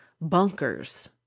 bunkers